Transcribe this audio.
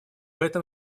этом